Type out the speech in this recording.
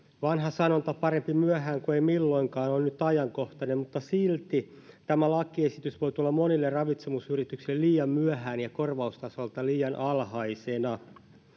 vanha sanonta parempi myöhään kuin ei milloinkaan on nyt ajankohtainen mutta silti tämä lakiesitys voi tulla monille ravitsemusyrityksille liian myöhään ja korvaustasoltaan liian alhaisena